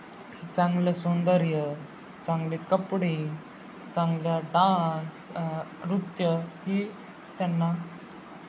चांगलं सौंदर्य चांगले कपडे चांगल्या डान्स नृत्य ही त्यांना